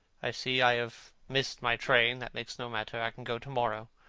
i see i have missed my train. that makes no matter. i can go to-morrow.